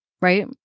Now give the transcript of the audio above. right